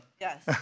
yes